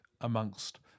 amongst